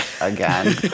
again